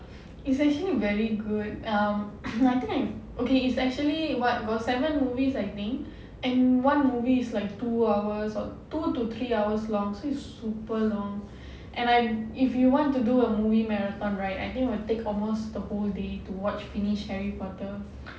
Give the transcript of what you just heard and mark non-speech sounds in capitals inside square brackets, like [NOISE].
it's actually very good um [COUGHS] I think I okay it's actually what got seven movies I think and one movie is like two hours or two to three hours long so it's super long and I if you want to do a movie marathon right I think it'll take almost the whole day to watch finish harry potter